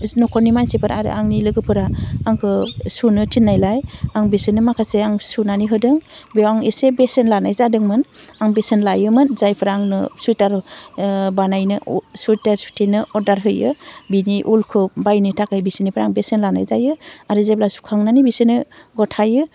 एसे नख'रनि मानसिफोर आरो आंनि लोगोफोरा आंखौ सुनो थिन्नायलाय आं बिसोरनो माखासे आं सुनानै होदों बेयाव आं एसे बेसेन लानाय जादोंमोन आं बेसेन लायोमोन जायफ्रा आंनो सुइथार बानायनो सुइथार सुथेनो अर्डार होयो बिनि उलखौ बायनो थाखाय बिसोरनिफ्राय आं बेसेन लानाय जायो आरो जेब्ला सुखांनानै बिसोरनो गथाइयो